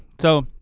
so